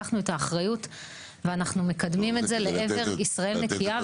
לקחנו את האחריות ואנחנו מקדמים את זה לעבר ישראל נקייה.